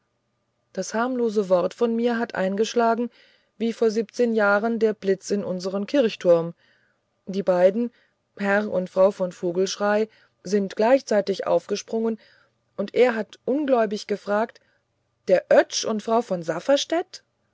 das harmlose wort von mir hat eingeschlagen wie vor siebzehn jahren der blitz in unsern kirchturm die beiden herr und frau von vogelschrey sind gleichzeitig aufgesprungen und er hat ungläubig gefragt der oetsch und frau von